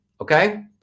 Okay